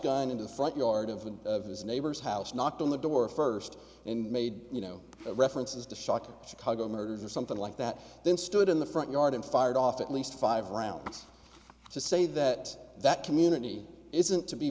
into the front yard of his neighbor's house knocked on the door first and made you know references to shock chicago murders or something like that then stood in the front yard and fired off at least five rounds to say that that community isn't to be